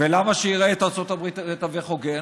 ולמה שיראה את ארצות הברית כמתווך הוגן?